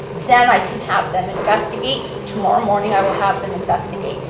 then i can have them investigate. tomorrow morning i will have them investigate.